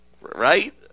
Right